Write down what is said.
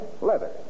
leather